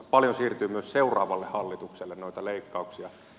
paljon siirtyy myös seuraavalle hallitukselle noita leikkauksia